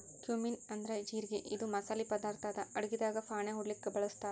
cumin ಅಂದ್ರ ಜಿರಗಿ ಇದು ಮಸಾಲಿ ಪದಾರ್ಥ್ ಅದಾ ಅಡಗಿದಾಗ್ ಫಾಣೆ ಹೊಡ್ಲಿಕ್ ಬಳಸ್ತಾರ್